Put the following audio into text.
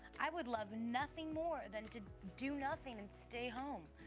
i would love nothing more than to do nothing and stay home.